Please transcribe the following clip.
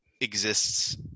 exists